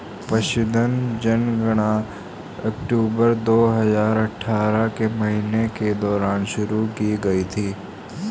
पशुधन जनगणना अक्टूबर दो हजार अठारह के महीने के दौरान शुरू की गई थी